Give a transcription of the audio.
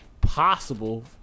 possible